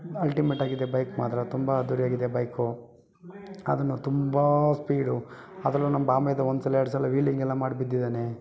ಅಲ್ಟಿಮೆಟಾಗಿದೆ bike ಮಾತ್ರ ತುಂಬ ಅದ್ದೂರಿಯಾಗಿದೆ ಬೈಕು ಆದ್ರೂ ತುಂಬ ಸ್ಪೀಡು ಅದರಲ್ಲೂ ನಮ್ಮ ಭಾಮೈದ ಒಂದ್ಸಲ ಎರಡ್ಸಲ ವೀಲಿಂಗ್ ಎಲ್ಲ ಮಾಡಿ ಬಿದ್ದಿದ್ದಾನೆ